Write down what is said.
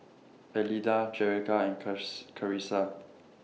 Elida Jerrica and curs Karissa